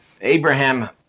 Abraham